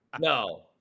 No